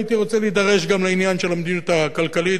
הייתי רוצה להידרש גם לעניין של המדיניות הכלכלית,